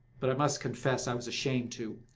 but i must confess i was ashamed to.